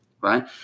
Right